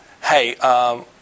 hey